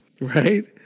Right